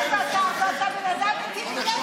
אתה בן אדם אינטליגנטי.